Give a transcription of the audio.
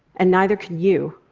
and neither can you,